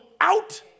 out